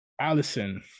Allison